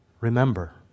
Remember